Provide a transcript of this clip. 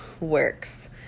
works